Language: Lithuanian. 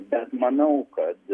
bet manau kad